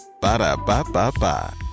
Ba-da-ba-ba-ba